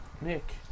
Nick